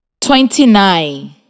twenty-nine